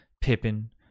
Pippin